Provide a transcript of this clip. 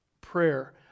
prayer